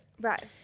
right